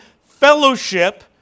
fellowship